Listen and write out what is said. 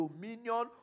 dominion